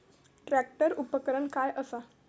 Tractor उपकरण काय असा?